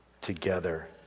together